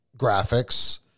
graphics